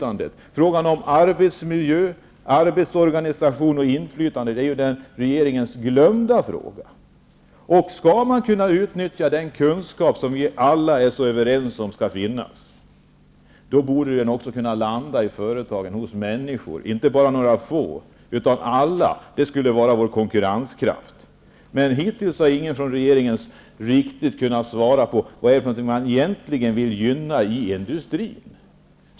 Arbetsmiljö, arbetsorganisation och inflytande är ju regeringens glömda frågor. Skall man kunna utnyttja den kunskap som vi alla är överens om skall finnas, borde den också kunna hamna i företagen, hos människorna, inte bara hos några få. Det skulle vara vår konkurrenskraft. Hittills har ingen regeringsrepresentant riktigt kunna svara på vad man egentligen vill gynna i industrin.